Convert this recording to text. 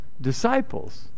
disciples